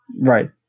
Right